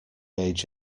age